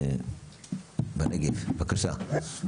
בבקשה.